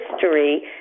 history